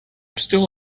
still